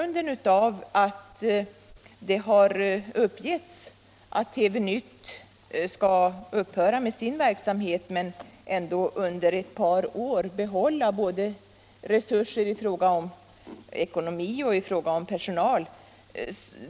Det har uppgetts att TV-nytt skall upphöra med sin verksamhet men ändå under ett par år behålla resurser i fråga om både ekonomi och personal.